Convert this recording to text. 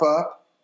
up